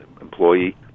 employee